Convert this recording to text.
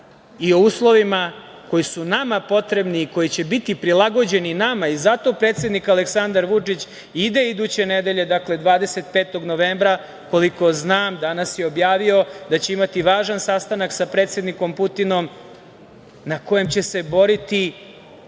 i o uslovima koji su nama potrebni i koji će biti prilagođeni nama? Zato predsednik Aleksandar Vučić ide iduće nedelje, 25. novembra, koliko znam, danas je objavio, da će imati važan sastanak sa predsednikom Putinom, na kojem će se boriti